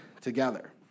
together